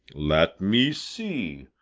let me see,